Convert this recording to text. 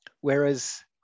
whereas